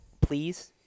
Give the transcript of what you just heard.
please